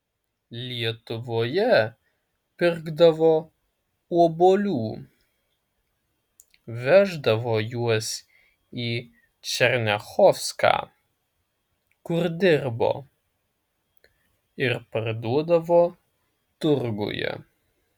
lietuvoje pirkdavo obuolių veždavo juos į černiachovską kur dirbo ir parduodavo turguje